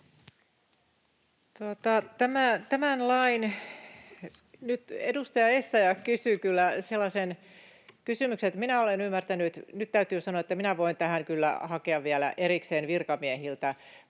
edustaja Essayah kysyi kyllä sellaisen kysymyksen, että nyt täytyy sanoa, että minä voin tähän kyllä hakea vielä erikseen virkamiehiltä